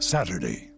Saturday